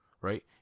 right